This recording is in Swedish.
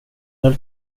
höll